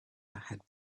had